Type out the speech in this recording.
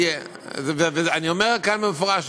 ואני אומר כאן במפורש,